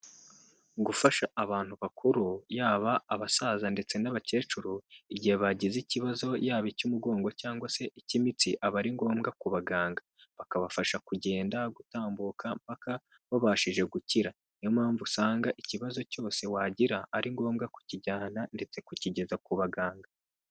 Gufasha abantu bakuru yaba abasaza ndetse n'abakecuru igihe bagize ikibazo yaba icy'umugongo cyangwa se icy'imitsi, aba ari ngombwa ku baganga. Bakabafasha kugenda, gutambuka mpaka babashije gukira. Ni yo mpamvu usanga ikibazo cyose wagira, ari ngombwa kukijyana ndetse kukigeza ku baganga.